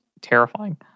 terrifying